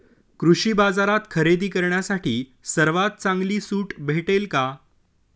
कृषी बाजारात खरेदी करण्यासाठी सर्वात चांगली सूट भेटेल का?